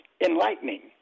enlightening